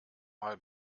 mal